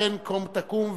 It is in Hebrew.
שאכן קום תקום,